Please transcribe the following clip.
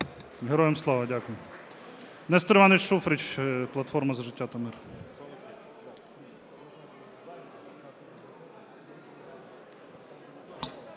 Героям слава! Дякую. Нестор Іванович Шуфрич "Платформа за життя та мир".